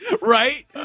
right